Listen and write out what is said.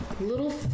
little